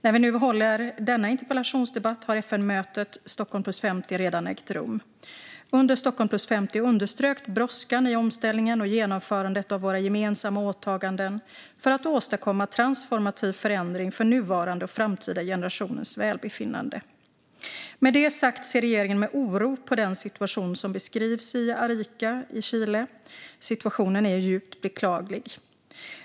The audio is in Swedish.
När vi nu håller denna interpellationsdebatt har FN-mötet Stockholm + 50 redan ägt rum. Under Stockholm + 50 underströks brådskan i omställningen och genomförandet av gemensamma åtaganden för att åstadkomma transformativ förändring för nuvarande och framtida generationers välbefinnande. Med det sagt ser regeringen med oro på den situation som beskrivs i Arica i Chile. Situationen är djupt beklaglig.